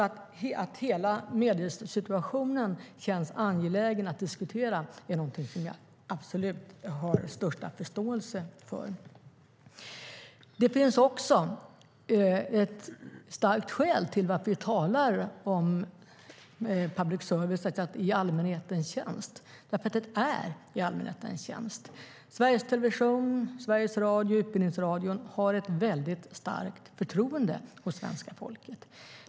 Att hela mediesituationen känns angelägen att diskutera är alltså någonting jag har största förståelse för. Det finns också ett starkt skäl till att vi talar om att public service verkar i allmänhetens tjänst: Den är i allmänhetens tjänst. Sveriges Television, Sveriges Radio och Utbildningsradion har ett väldigt starkt förtroende hos svenska folket.